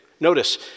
Notice